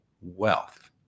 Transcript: wealth